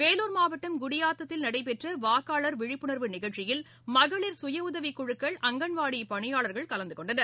வேலூர் மாவட்டம் குடியாத்தத்தில் நடைபெற்ற வாக்காளர் விழிப்புணர்வு நிகழ்ச்சியில் மகளிர் சுயஉதவிக்குழுக்கள் அங்கன்வாடி பணியாளர்கள் கலந்துகொண்டனர்